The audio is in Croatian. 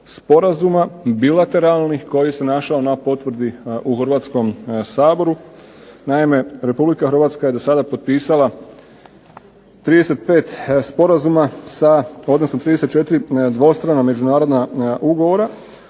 sporazuma bilateralnih koji se našao na potvrdi u Hrvatskom saboru. Naime, RH je dosada potpisala 35 sporazuma sa, odnosno 34 dvostrana međunarodna ugovora